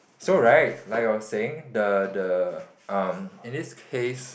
so right like I was saying the the um in this case